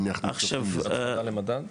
הצמדה למדד?